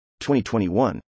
2021